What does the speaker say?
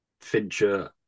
fincher